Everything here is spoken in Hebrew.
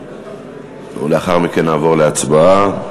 ולאחר מכן נעבור להצבעה.